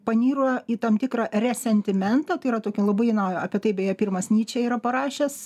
paniro į tam tikrą resentimentą tai yra tokia labai na apie tai beje pirmas nyčė yra parašęs